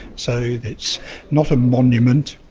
so it's not a monument.